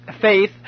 faith